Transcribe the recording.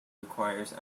requires